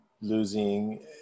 losing